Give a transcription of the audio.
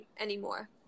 anymore